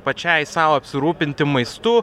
pačiai sau apsirūpinti maistu